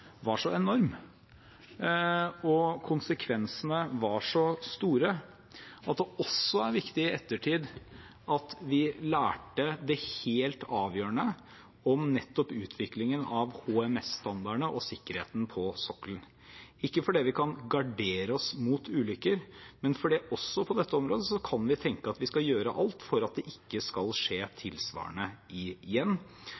enorm, og konsekvensene var så store at det også er viktig i ettertid at vi lærte det helt avgjørende om nettopp utviklingen av HMS-standardene og sikkerheten på sokkelen – ikke fordi vi kan gardere oss mot ulykker, men fordi vi også på dette området kan tenke at vi skal gjøre alt for at det ikke skal skje